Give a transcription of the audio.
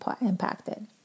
impacted